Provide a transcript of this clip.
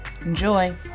Enjoy